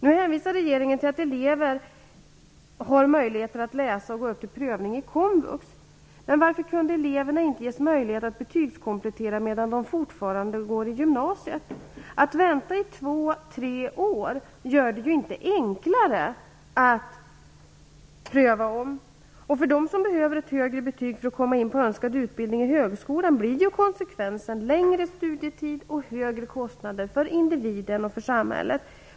Nu hänvisar regeringen till att elever har möjligheter att läsa och gå upp till prövning i komvux. Men varför kunde eleverna inte ges möjlighet att betygskomplettera medan de fortfarande går i gymnasiet? Att vänta i två tre år gör det ju inte enklare att pröva om. För dem som behöver ett högre betyg för att komma in på önskad utbildning i högskolan blir konsekvensen längre studietid och högre kostnader för individen och för samhället.